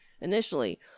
Initially